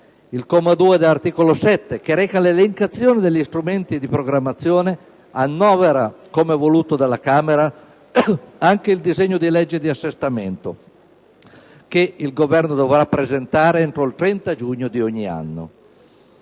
Il comma 2 dell'articolo 7, che reca l'elencazione degli strumenti della programmazione, annovera, come voluto dalla Camera, anche il disegno di legge di assestamento, che il Governo dovrà presentare entro il 30 giugno di ogni anno.